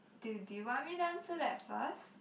do do you want me to answer that first